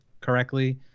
correctly